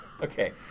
Okay